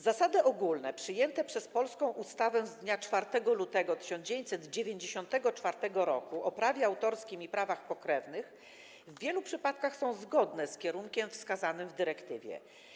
Zasady ogólne przyjęte przez polską ustawę z dnia 4 lutego 1994 r. o prawie autorskim i prawach pokrewnych w wielu przypadkach są zgodne z kierunkiem wskazanym w dyrektywie.